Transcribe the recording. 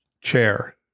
chair